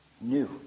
new